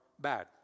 bad